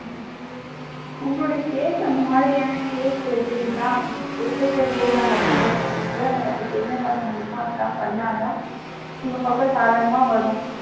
ம் உங்களுடைய கேஸ் அந்த மாதிரியான கேஸு சரிங்களா நீங்கள் கொடுத்தருக்குற கேஸு அந்த மாதிரியான கேஸு அதுக்கு என்ன பண்ண முடியுமோ அதெல்லாம் பண்ணால்தான் உங்கள் பக்கம் சாதகமாக வரும்